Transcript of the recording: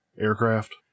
aircraft